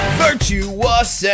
virtuous